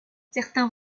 certains